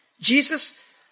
Jesus